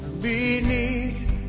Beneath